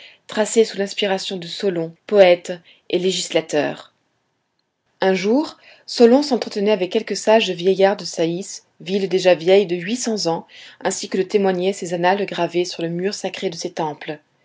tracé sous l'inspiration de solon poète et législateur un jour solon s'entretenait avec quelques sages vieillards de saïs ville déjà vieille de huit cents ans ainsi que le témoignaient ses annales gravées sur le mur sacré de ses temples